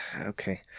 Okay